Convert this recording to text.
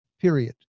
period